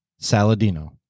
Saladino